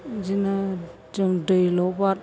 बिदिनो जों दैल' बाद